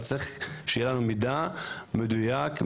צריך שיהיה לנו מידע מדויק,